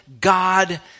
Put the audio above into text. God